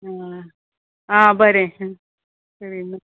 आं आं बरें करिना